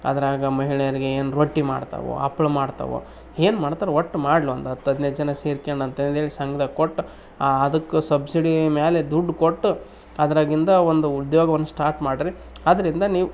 ಅದ್ರಾಗೆ ಮಹಿಳೆಯರಿಗೆ ಏನು ರೊಟ್ಟಿ ಮಾಡ್ತಾವೆ ಹಪ್ಳ ಮಾಡ್ತಾವೆ ಏನು ಮಾಡ್ತಾರೆ ಒಟ್ಟು ಮಾಡ್ಲೊಂದು ಹತ್ತು ಹದಿನೈದು ಜನ ಸೇರಿಕೊಂಡು ಅಂತಂಥೇಳಿ ಸಂಘ್ದಾಗೆ ಕೊಟ್ಟು ಆ ಅದಕ್ಕೆ ಸಬ್ಸಿಡಿ ಮೇಲೆ ದುಡ್ಡು ಕೊಟ್ಟು ಅದರಾಗಿಂದು ಒಂದು ಉದ್ಯೋಗವನ್ನು ಸ್ಟಾರ್ಟ್ ಮಾಡಿರಿ ಅದರಿಂದ ನೀವು